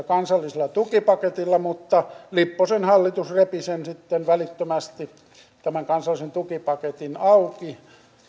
kansallisella tukipaketilla mutta lipposen hallitus repi sitten välittömästi tämän kansallisen tukipaketin auki